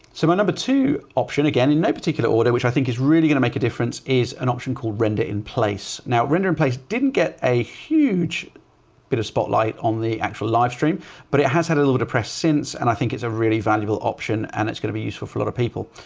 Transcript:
so my number two option again, in no particular order which i think is really going to make a difference is an option called render in place. now rendering in place didn't get a huge bit of spotlight on the actual live stream but it has had a little depressed since, and i think it's a really valuable option and it's going to be useful for a lot of people.